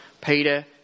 Peter